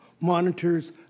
monitors